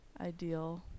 ideal